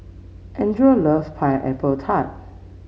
Andres loves Pineapple Tart